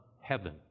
heaven